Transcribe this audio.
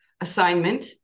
assignment